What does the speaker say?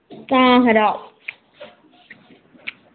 तां खरा